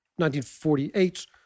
1948